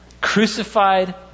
crucified